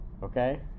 Okay